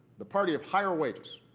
the party of higher wages.